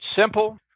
simple